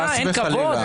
אין כבוד?